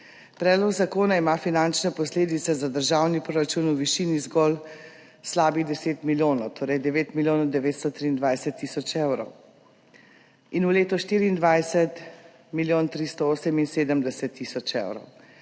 Predlog zakona ima finančne posledice za državni proračun v višini zgolj slabih 10 milijonov, torej 9 milijonov 923 tisoč evrov, in v letu 2024 milijon 378 tisoč evrov,